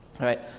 right